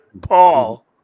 Paul